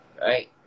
Right